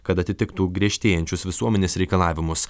kad atitiktų griežtėjančius visuomenės reikalavimus